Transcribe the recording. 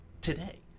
today